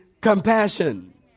compassion